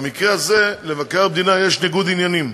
במקרה הזה למבקר המדינה יש ניגוד עניינים,